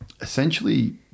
essentially